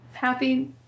happy